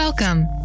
Welcome